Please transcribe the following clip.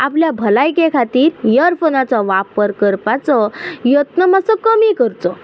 आप भलायके खातीर इयरफोनाचो वापर करपाचो यत्न मात्सो कमी करचो